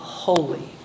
holy